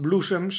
blozen